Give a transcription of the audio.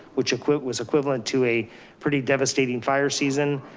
which which was equivalent to a pretty devastating fire season.